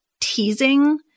teasing